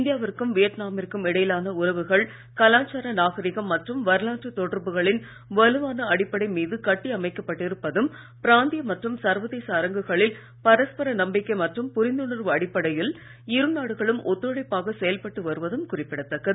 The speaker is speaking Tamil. இந்தியாவிற்கும் வியட்நாமிற்கும் இடையிலான உறவுகள் கலாச்சார நாகரிகம் மற்றும் வரலாற்று தொடர்புகளின் வலுவான அடிப்படை மீது கட்டி அமைக்கப்பட்டிருப்பதும் பிராந்திய மற்றும் சர்வதேச அரங்குகளில் பரஸ்பர நம்பிக்கை மற்றும் புரிந்துணர்வு அடிப்படையில் இருநாடுகளும் ஒத்துழைப்பாக செயல்பட்டு வருவதும் குறிப்பிடத்தக்கது